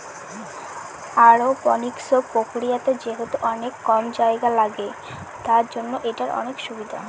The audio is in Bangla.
অরওপনিক্স প্রক্রিয়াতে যেহেতু অনেক কম জায়গা লাগে, তার জন্য এটার অনেক সুবিধা